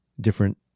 different